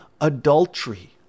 adultery